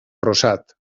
rosat